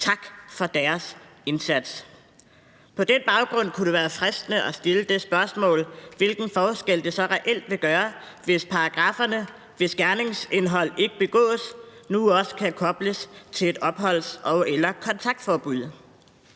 tak for deres indsats! På den baggrund kunne det være fristende at stille det spørgsmål, hvilken forskel det så reelt vil gøre, hvis de paragraffer, hvis gerninger ikke begås, nu også kan kobles til et opholdsforbud og/eller et kontaktforbud.